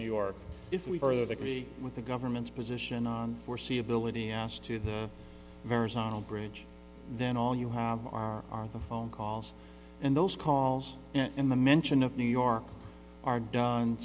new york if we are that agree with the government's position on foreseeability ass to the verizon bridge then all you have are the phone calls and those calls in the mention of new york are done